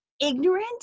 ignorant